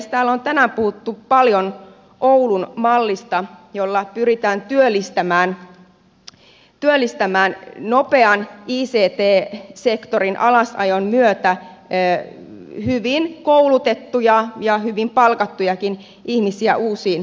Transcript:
täällä on tänään puhuttu paljon oulun mallista jolla nopean ict sektorin alasajon myötä pyritään työllistämään hyvin koulutettuja ja hyvin palkattujakin ihmisiä uusiin töihin